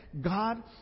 God